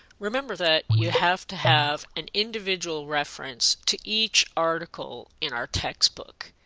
remember that you have to have an individual reference to each article in our textbook.